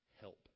help